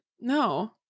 No